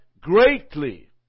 greatly